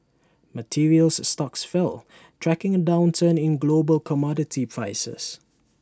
materials stocks fell tracking A downturn in global commodity prices